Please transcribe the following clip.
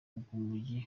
bw’umujyi